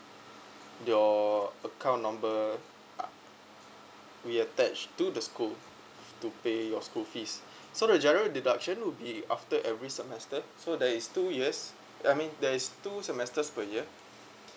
your account number uh we attached to the school to pay your school fees so the GIRO deduction will be after every semester so there is two years I mean there's two semesters per year